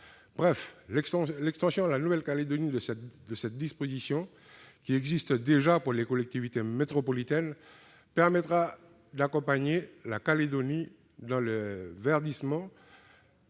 Bref, l'extension à la Nouvelle-Calédonie de cette disposition, qui s'applique déjà pour les collectivités métropolitaines, permettra d'accompagner le verdissement